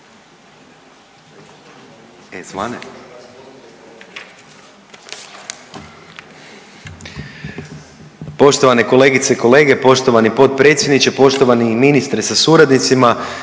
(SDP)** Poštovane kolegice i kolege, poštovani potpredsjedniče, poštovani ministre sa suradnicima.